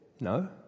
No